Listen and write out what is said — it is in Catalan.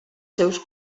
seus